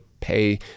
pay